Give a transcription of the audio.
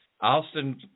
Austin